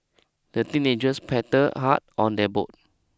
the teenagers paddled hard on their boat